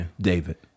David